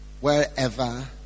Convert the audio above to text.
wherever